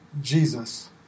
Jesus